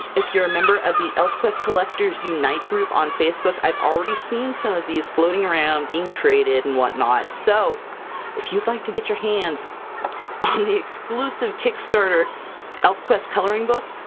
if you're a member of the elfquest collectors unite group on facebook, i've already seen some of these floating around, being traded and whatnot! so if you'd like to get your hands on the exclusive kickstarter elfquest coloring book,